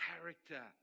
character